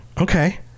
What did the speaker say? Okay